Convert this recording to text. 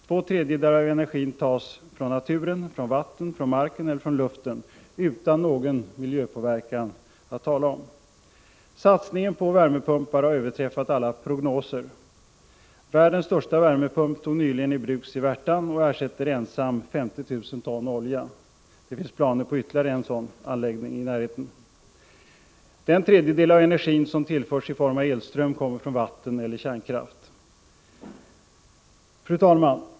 Två tredjedelar av energin tas från naturen — från vatten, från marken eller från luften — utan någon miljöpåverkan att tala om. Satsningen på värmepumpar har överträffat alla prognoser. Världens största värmepump togs nyligen i bruk i Värtan och ersätter ensam ca 50 000 ton olja. Det finns planer på ytterligare en sådan anläggning i närheten. Den tredjedel av energin som tillförs i form av elström kommer från vatten eller kärnkraft. Fru talman!